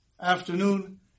afternoon